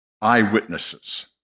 eyewitnesses